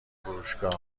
فروشگاه